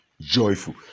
Joyful